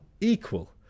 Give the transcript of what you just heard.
equal